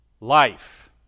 life